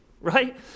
right